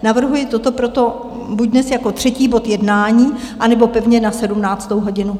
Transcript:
Navrhuji toto proto buď dnes jako třetí bod jednání, anebo pevně na 17. hodinu.